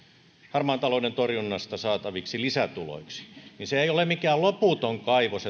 harmaan talouden torjunnasta saataviksi lisätuloiksi se ei ole mikään loputon kaivos